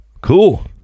cool